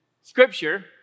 scripture